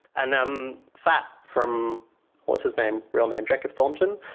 and um fat from what's his name, real name? jacob thornton.